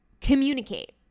communicate